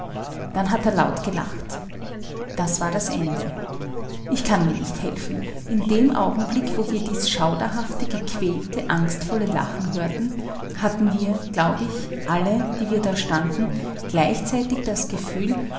dann hat er laut gelacht das war das ende ich kann mir nicht helfen in dem augenblick wo wir dies schauderhafte gequälte angstvolle lachen hörten hatten wir glaub ich alle die wir da standen gleichzeitig das gefühl